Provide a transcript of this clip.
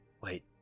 Wait